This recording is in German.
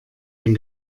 den